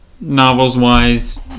Novels-wise